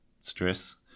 stress